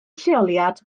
lleoliad